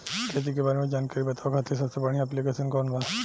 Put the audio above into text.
खेती के बारे में जानकारी बतावे खातिर सबसे बढ़िया ऐप्लिकेशन कौन बा?